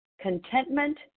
contentment